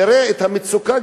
תראה את המצוקה,